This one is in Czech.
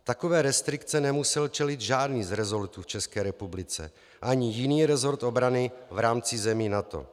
Takové restrikci nemusel čelit žádný z resortů v České republice ani jiný resort obrany v rámci zemí NATO.